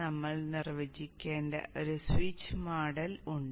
നമ്മൾ നിർവചിക്കേണ്ട ഒരു സ്വിച്ച് മോഡൽ ഉണ്ട്